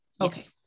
Okay